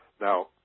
Now